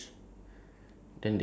useless thing